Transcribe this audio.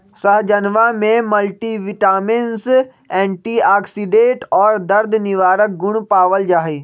सहजनवा में multivitamins antioxidant और दर्द निवारक गुण पावल जाहई